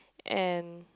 and